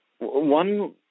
One